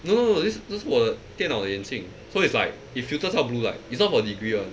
no this 这是我的电脑的眼镜 so it's like it filters out blue light it's not for degree one